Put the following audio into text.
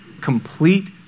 complete